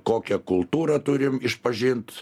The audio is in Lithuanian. kokią kultūrą turim išpažint